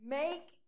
make